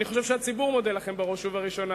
אני חושב שהציבור מודה לכם בראש ובראשונה.